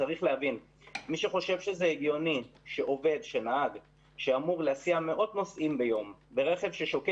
נהג שאמור להסיע מאות נוסעים ביום ברכב ששוקל